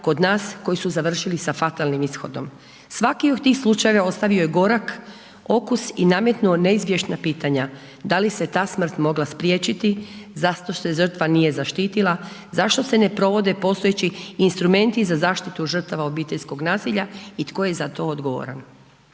kod nas koji su završili sa fatalnim ishodom. Svaki od tih slučajeva ostavio je gorak okus i nametnuo neizbježna pitanja, da li se ta smrt mogla spriječiti, zašto se žrtva nije zaštitila, zašto se ne provode postojeći instrumenti za zaštitu žrtava obiteljskog nasilja i tko je za to odgovoran.